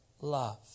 love